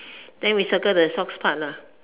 then we circle the socks part lah